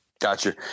Gotcha